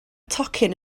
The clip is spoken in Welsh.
tocyn